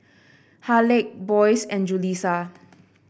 Haleigh Boyce and Julisa